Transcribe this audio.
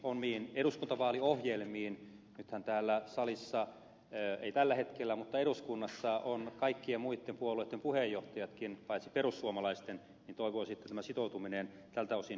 nythän vaikka ei täällä salissa tällä hetkellä eduskunnassa ovat kaikkien muitten puolueitten puheenjohtajatkin paitsi perussuomalaisten ja toivoisin että tämä sitoutuminen tältä osin syntyy